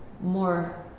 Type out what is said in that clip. more